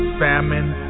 famine